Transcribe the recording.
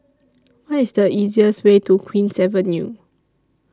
What IS The easiest Way to Queen's Avenue